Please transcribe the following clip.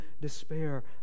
despair